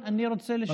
אני רוצה לשקף,